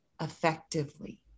effectively